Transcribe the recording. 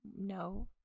No